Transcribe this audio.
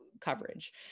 coverage